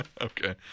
Okay